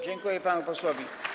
Dziękuję panu posłowi.